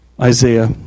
Isaiah